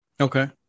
Okay